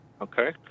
Okay